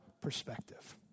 perspective